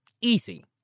Easy